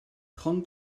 trente